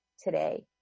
today